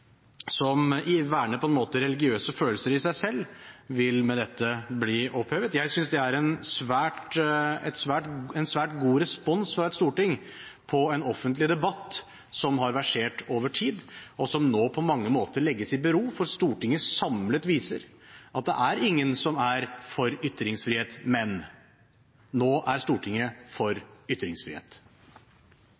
på en måte verner religiøse følelser i seg selv, vil med dette bli opphevet. Jeg synes det er en svært god respons fra Stortinget på en offentlig debatt som har versert over tid, og som nå på mange måter legges i bero, for et samlet storting viser at det er ingen som er «for ytringsfrihet, men …». Nå er Stortinget for ytringsfrihet.